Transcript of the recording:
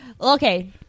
Okay